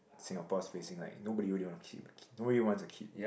Singapore is facing like nobody really want a kid nobody wants a kid